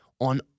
on